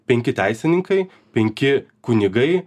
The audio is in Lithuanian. penki teisininkai penki kunigai